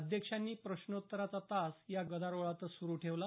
अध्यक्षांनी प्रश्नोत्तराचा तास या गदारोळातच सुरू ठेवला